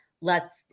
lets